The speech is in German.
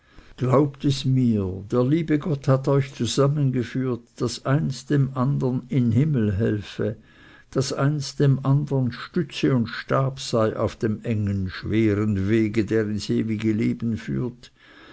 glaubt es mir der liebe gott hat euch zusammengeführt daß eins dem andern in himmel helfe daß eins dem andern stütze und stab sei auf dem engen schweren wege der ins ewige leben führt